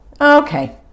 Okay